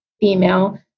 female